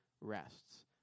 rests